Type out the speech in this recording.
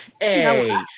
hey